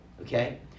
Okay